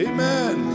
Amen